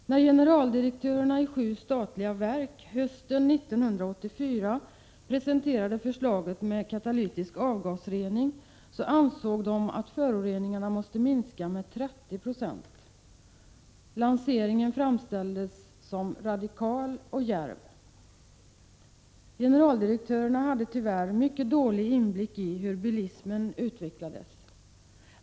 När generaldirektörerna i sju statliga verk hösten 1984 presenterade förslaget om katalytisk avgasrening ansåg de att föroreningarna måste minska med 30 96. Lanseringen framställdes som radikal och djärv. Generaldirektörerna hade tyvärr mycket dålig inblick i hur bilismen utvecklas.